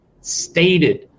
stated